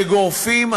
שגורפים,